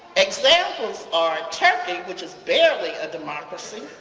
examples are turkey, which is barely a democracy,